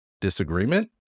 disagreement